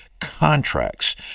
contracts